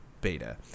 Beta